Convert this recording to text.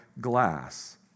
glass